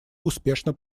успешно